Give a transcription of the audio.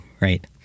Right